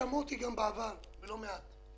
שמעו אותי גם בעבר, לא מעט.